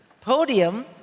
podium